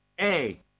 A-